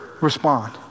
respond